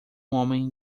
homem